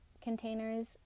containers